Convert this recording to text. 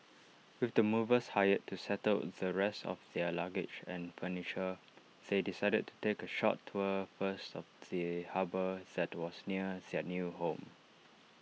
with the movers hired to settle the rest of their luggage and furniture they decided to take A short tour first of the harbour that was near their new home